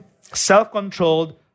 self-controlled